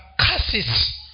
curses